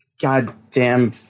goddamn